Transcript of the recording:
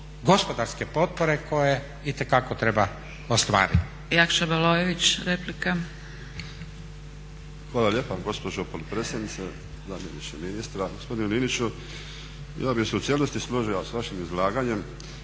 gospodarske potpore koje itekako treba ostvariti.